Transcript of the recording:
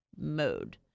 mode